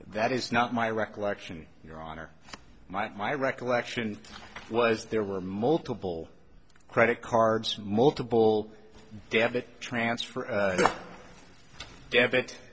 that is not my recollection your honor my my recollection was there were multiple credit cards multiple debit transfer debit